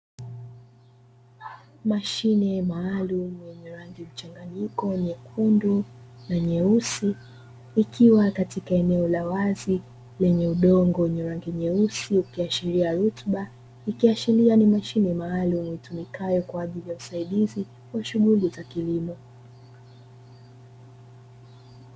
Mashine maalumu yenye rangi mchanganyiko nyekundu na nyeusi, ikiwa katika eneo la wazi lenye udongo wenye rangi nyeusi ukiashiria rutuba, ikiashiria ni mashine maalumu itumikayo kwa ajili ya usaidizi wa shughuli za kilimo.